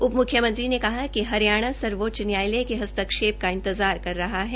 उप मुख्यमंत्री ने कहा कि हरियाणा सर्वोच्च न्यायालय के हस्ताक्षेप का इंतजार कर रहा है